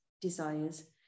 desires